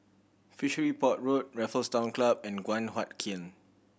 Fishery Port Road Raffles Town Club and Guan Huat Kiln